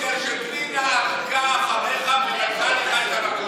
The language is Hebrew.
בגלל שפנינה ערקה אחריך ולקחה לך את המקום.